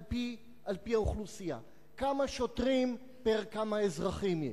על-פי אוכלוסייה, כמה שוטרים פר כמה אזרחים יש.